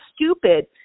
stupid